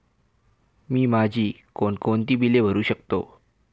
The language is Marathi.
मी माझी कोणकोणती बिले भरू शकतो?